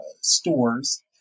stores